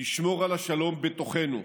לשמור על השלום בתוכנו,